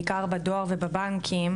בעיקר בדואר ובבנקים,